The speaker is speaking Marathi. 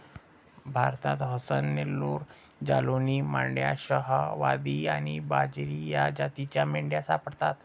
भारतात हसन, नेल्लोर, जालौनी, मंड्या, शाहवादी आणि बजीरी या जातींच्या मेंढ्या सापडतात